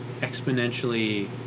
exponentially